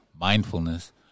mindfulness